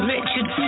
Richard